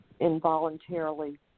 involuntarily